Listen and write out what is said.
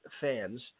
fans